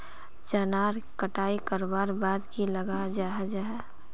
चनार कटाई करवार बाद की लगा जाहा जाहा?